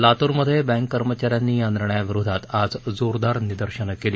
लातूरमधे बँककर्मचा यांनी या निर्णया विरोधात आज जोरदार निदर्शनं केली